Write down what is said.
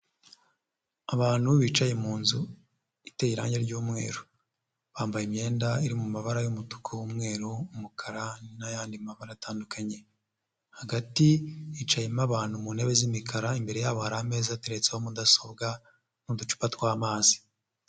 Abantu bicaye mu nzu iteye irangi ry'umweru, bambaye imyenda iri mu mabara y'umutuku, umweru, umukara n'ayandi mabara atandukanye, hagati hicayemo abantu ku ntebe z'imikara, imbere yabo hari ameza ateretseho mudasobwa n'uducupa tw'amazi.